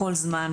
בכל זמן,